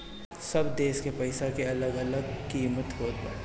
सब देस के पईसा के अलग अलग किमत होत बाटे